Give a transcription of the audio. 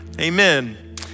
Amen